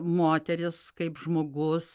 moteris kaip žmogus